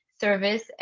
service